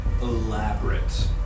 elaborate